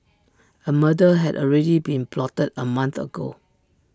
A murder had already been plotted A month ago